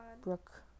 Brooke